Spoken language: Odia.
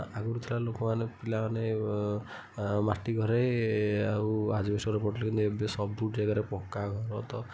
ଆଗରୁ ଥିଲା ଲୋକମାନେ ପିଲାମାନେ ମାଟି ଘରେ ଆଉ ଆଜବେଷ୍ଟ୍ ଘରେ ପଢ଼ୁଥିଲେ କିନ୍ତୁ ଏବେ ସବୁ ଜାଗାରେ ପକ୍କା ଘର ତ